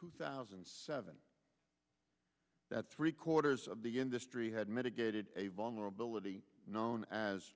two thousand and seven that three quarters of the industry had mitigated a vulnerability known as